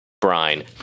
brine